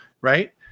right